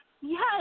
yes